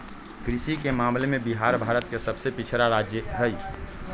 कृषि के मामले में बिहार भारत के सबसे पिछड़ा राज्य हई